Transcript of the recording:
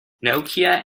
nokia